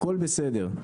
הכל בסדר.